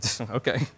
Okay